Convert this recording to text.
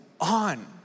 on